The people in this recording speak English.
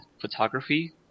photography